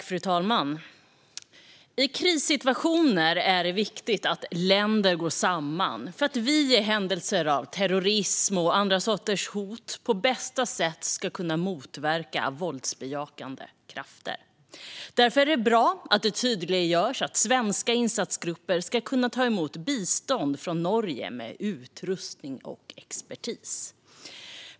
Fru talman! I krissituationer är det viktigt att länder går samman för att vi i händelse av terrorism och andra sorters hot på bästa sätt ska kunna motverka våldsbejakande krafter. Därför är det bra att det tydliggörs att svenska insatsgrupper ska kunna ta emot bistånd från Norge med utrustning och expertis.